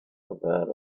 aware